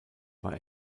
war